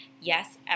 Yes